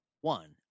One